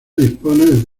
dispone